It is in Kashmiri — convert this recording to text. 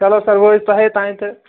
چلو سر وۅنۍ حظ چھُ تۄہی تام تہٕ